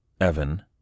Evan